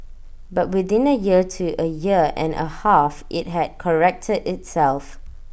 but within A year to A year and A half IT had corrected itself